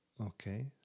Okay